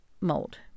mold